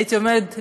הייתי אומרת לדחוף,